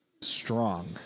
strong